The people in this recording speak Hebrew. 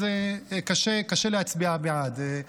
אז קשה להצביע בעד.